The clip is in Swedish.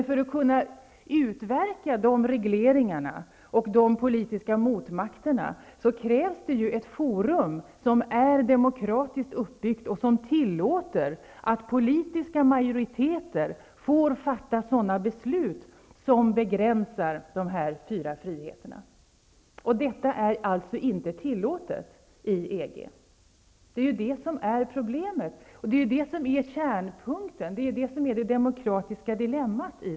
För att kunna utverka dessa regleringar och politiska motmakter krävs ett forum som är demokratiskt uppbyggt och som tillåter att politiska majoriteter får fatta sådana beslut som begränsar dessa fyra friheter. Detta är alltså inte tillåtet i EG. Det är problemet och kärnpunkten. Detta är det demokratiska dilemmat.